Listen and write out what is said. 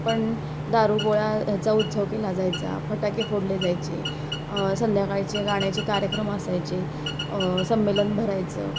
पण दारूगोळा हयाचा उत्सव केला जायचा फटाके फोडले जायचे संध्याकाळचे गाण्याचे कार्यक्रम असायचे संमेलन भरायचे